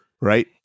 right